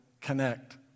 connect